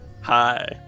hi